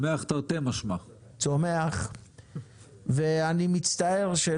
צומח תרתי משמע ואני מצטער רון כץ,